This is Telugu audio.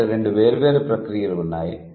కాబట్టి రెండు వేర్వేరు ప్రక్రియలు ఉన్నాయి